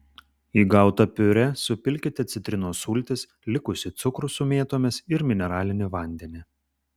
į gautą piurė supilkite citrinos sultis likusį cukrų su mėtomis ir mineralinį vandenį